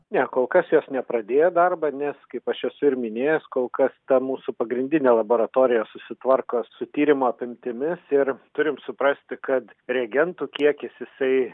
ne kol kas jos nepradėjo darbą nes kaip aš esu ir minėjęs kol kas ta mūsų pagrindinė laboratorija susitvarko su tyrimų apimtimis ir turim suprasti kad reagentų kiekis jisai